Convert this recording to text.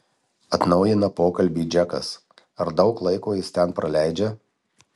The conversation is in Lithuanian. atnaujina pokalbį džekas ar daug laiko jis ten praleidžia